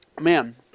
Man